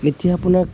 এতিয়া আপোনাক